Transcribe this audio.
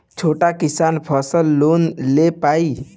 छोटा किसान फसल लोन ले पारी?